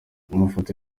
amafoto